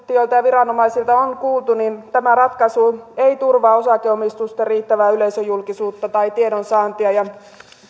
ja viranomaisilta on kuultu tämä ratkaisu ei turvaa osakeomistusten riittävää yleisöjulkisuutta tai tiedonsaantia